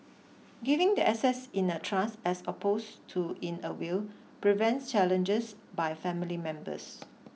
giving the assets in a trust as opposed to in a will prevents challenges by family members